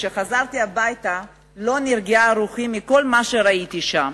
כשחזרתי הביתה לא נרגעה רוחי מכל מה שראיתי שם.